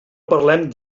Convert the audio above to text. parlem